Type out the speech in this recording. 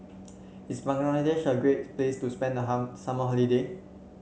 is Bangladesh a great place to spend the hammer summer holiday